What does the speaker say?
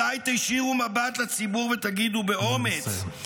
מתי תישירו מבט לציבור ותגידו באומץ -- נא לסיים.